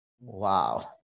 Wow